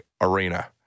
Arena